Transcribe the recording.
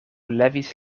levis